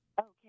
Okay